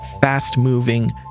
fast-moving